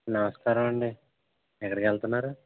నమస్కారం అండి ఎక్కడి కెళ్తున్నారు